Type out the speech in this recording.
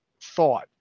thought